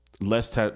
Less